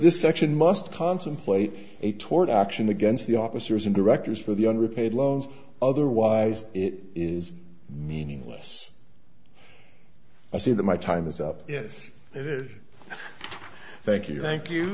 this section must contemplate a tort action against the officers and directors for the underpaid loans otherwise it is meaningless i see that my time is up yes thank you thank you